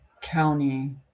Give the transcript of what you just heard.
County